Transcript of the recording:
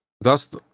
thus